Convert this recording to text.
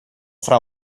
fra